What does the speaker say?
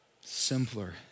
simpler